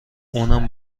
اونم